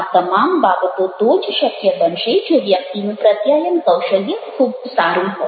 આ તમામ બાબતો તો જ શક્ય બનશે જો વ્યક્તિનું પ્રત્યાયન કૌશલ્ય ખૂબ સારું હોય